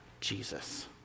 Jesus